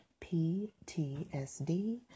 PTSD